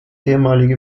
ehemalige